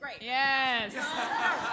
Yes